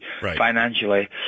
financially